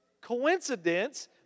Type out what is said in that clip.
coincidence